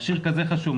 מכשיר כזה חשוב,